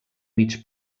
mig